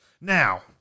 Now